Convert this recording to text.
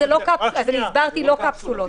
הסברתי, זה לא קפסולות.